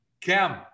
Cam